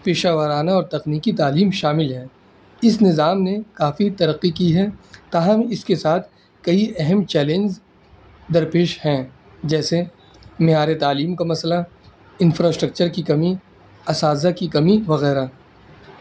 پیشہ وارانہ اور تکنیکی تعلیم شامل ہیں اس نظام نے کافی ترقی کی ہے تاہم اس کے ساتھ کئی اہم چیلنز درپیش ہیں جیسے معیار تعلیم کا مسئلہ انفراسٹرکچر کی کمی اساتذہ کی کمی وغیرہ